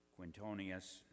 Quintonius